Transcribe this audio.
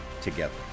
together